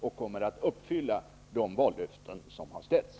Man kommer därför att uppfylla de vallöften som har utfästs.